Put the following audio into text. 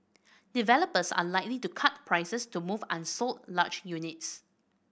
developers are likely to cut prices to move unsold large units